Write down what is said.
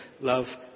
Love